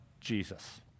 Jesus